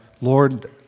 Lord